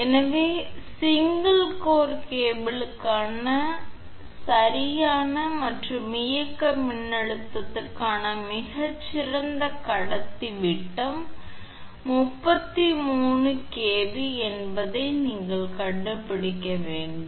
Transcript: எனவே single core கேபிள்களுக்கான சரியான மற்றும் இயக்க மின்னழுத்தத்திற்கான மிகச் சிறந்த கடத்தி விட்டம் 33 kV என்பதை நீங்கள் கண்டுபிடிக்க வேண்டும்